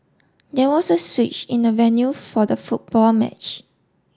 there was a switch in the venue for the football match